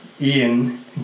Ian